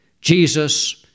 Jesus